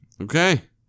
Okay